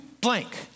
blank